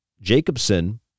Jacobson